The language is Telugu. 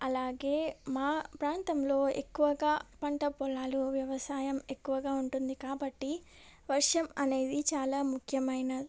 అలాగే మా ప్రాంతంలో ఎక్కువగా పంటపొలాలు వ్యవసాయం ఎక్కువగా ఉంటుంది కాబట్టి వర్షం అనేది చాలా ముఖ్యమైన